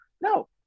No